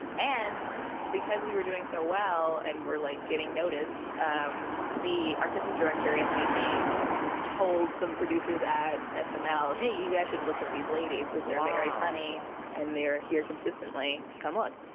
and because we were doing so well and were, like, getting noticed, um the artistic director, anthony king told some producers at snl, hey, you guys should look at these ladies because they're very funny wow and they are here consistently. come look.